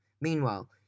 Meanwhile